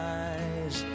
eyes